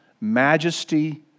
majesty